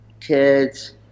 kids